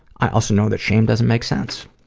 i also know that shame doesn't make sense,